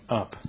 up